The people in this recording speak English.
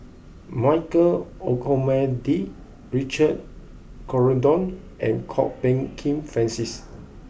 Michael Olcomendy Richard Corridon and Kwok Peng Kin Francis